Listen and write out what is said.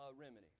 remedy